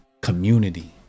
community